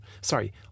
Sorry